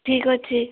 ଠିକ ଅଛି